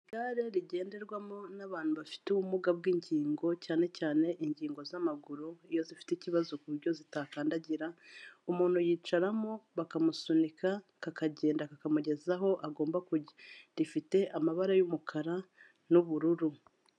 Igare rigenderwamo n'abantu bafite ubumuga bw'ingingo cyane cyane ingingo z'amaguru iyo zifite ikibazo ku buryo zitakandagira, umuntu yicaramo bakamusunika kakagenda kakamugeza aho agomba kujya, rifite amabara y'umukara n'ubururu.